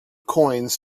coins